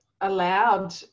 allowed